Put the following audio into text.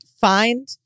find